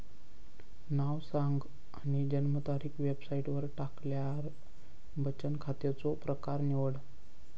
नाव सांग आणि जन्मतारीख वेबसाईटवर टाकल्यार बचन खात्याचो प्रकर निवड